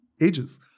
ages